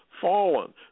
fallen